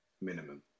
Minimum